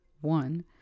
one